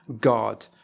God